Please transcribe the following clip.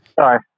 Sorry